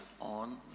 on